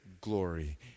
glory